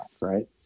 right